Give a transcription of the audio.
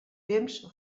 temps